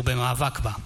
ובמאבק בה.